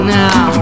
now